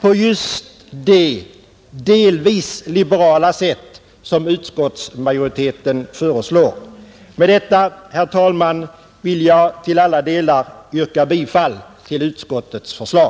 på just det delvis liberala sätt som utskottsmajoriteten föreslår, Med detta, herr talman, ber jag att till alla delar få yrka bifall till utskottets förslag.